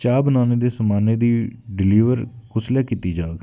चाह् बनाने दे समानै दी डिलीवर कुसलै कीती जाग